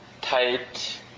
tight